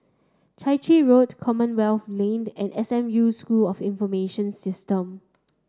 Chai Chee Road Commonwealth Lane and S M U School of Information Systems